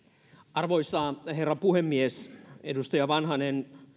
arvoisa herra puhemies edustaja vanhanen